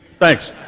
Thanks